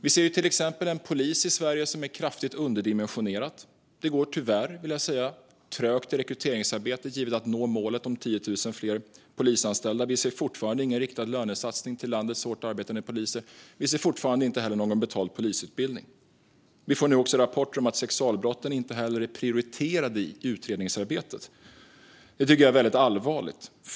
Vi ser till exempel en polis i Sverige som är kraftigt underdimensionerad. Det går tyvärr, vill jag säga, trögt i rekryteringsarbetet när det gäller att nå målet om 10 000 fler polisanställda. Vi ser fortfarande inte någon riktad lönesatsning till landets hårt arbetande poliser. Vi ser fortfarande inte heller någon betald polisutbildning. Vi får nu också rapporter om att sexualbrotten inte heller är prioriterade i utredningsarbetet. Det tycker jag är mycket allvarligt.